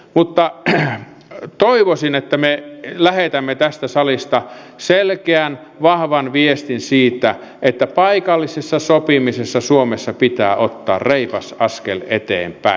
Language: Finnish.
mutta toivoisin että me lähetämme tästä salista selkeän vahvan viestin siitä että paikallisessa sopimisessa suomessa pitää ottaa reipas askel eteenpäin